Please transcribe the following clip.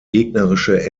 gegnerische